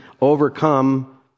overcome